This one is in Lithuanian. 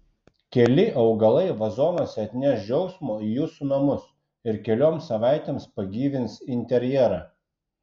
keli augalai vazonuose atneš džiaugsmo į jūsų namus ir kelioms savaitėms pagyvins interjerą